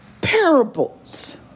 parables